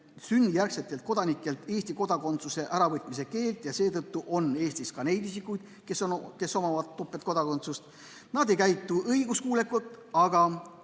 sünnijärgsetelt kodanikelt Eesti kodakondsuse äravõtmise keeld ja seetõttu on Eestis ka isikuid, kel on topeltkodakondsus. Nad ei käitu õiguskuulekalt, aga